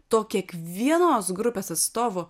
to kiek vienos grupės atstovo